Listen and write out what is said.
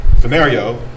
scenario